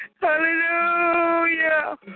Hallelujah